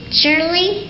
surely